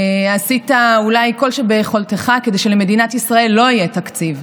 עשית אולי כל שביכולתך שלא יהיה תקציב,